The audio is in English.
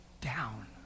down